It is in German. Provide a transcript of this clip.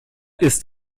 ist